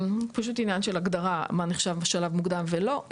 עניין של הגדרה מה נחשב לשלב מוקדם ומה לא,